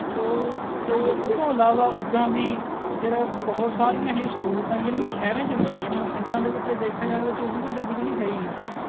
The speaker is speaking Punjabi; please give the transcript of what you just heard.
ਸੋ ਅਤੇ ਉਹ ਤੋਂ ਇਲਾਵਾ ਉੱਦਾਂ ਵੀ ਫਿਰ ਬਹੁਤ ਸਾਰੀਆਂ ਹੀ ਸਹੂਲਤਾਂ ਨੇ ਜਿਹੜੀਆਂ ਕਿ ਸ਼ਹਿਰਾਂ 'ਚ ਮਿਲਦੀਆਂ ਹੁਣ ਪਿੰਡਾਂ ਦੇ ਵਿੱਚ ਜੇ ਦੇਖਿਆ ਜਾਵੇ ਤਾਂ ਚੌਵੀ ਘੰਟੇ ਬਿਜਲੀ ਹੈ ਹੀ ਨਹੀਂ